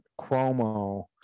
Cuomo